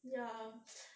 ya